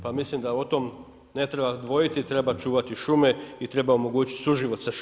Pa mislim da o tome ne treba dvojiti, treba čuvati šume i treba omogućiti suživot sa šumama.